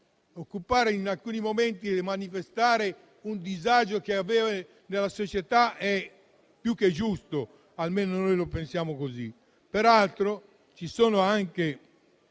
occupare, in alcuni momenti, è manifestare un disagio che, nella società, è più che giusto: almeno, noi la pensiamo così. Peraltro, ci sono anche